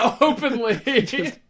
openly